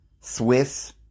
Swiss